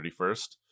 31st